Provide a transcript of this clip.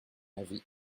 avis